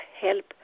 help